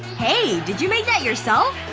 hey, did you make that yourself?